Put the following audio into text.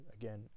again